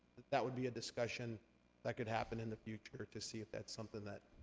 that would be a discussion that could happen in the future, to see if that's something that